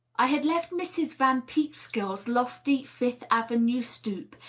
i had left mrs. van peekskilfs lofty fifth avenue stoop,